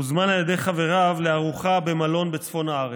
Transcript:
הוזמן על ידי חבריו לארוחה במלון בצפון הארץ.